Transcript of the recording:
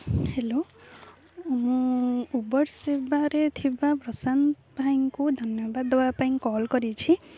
hello ମୁଁ Uber ସେବାରେ ଥିବା ପ୍ରଶାନ୍ତ ଭାଇଙ୍କୁ ଧନ୍ୟବାଦ ଦେବା ପାଇଁ କଲ୍ କରିଛି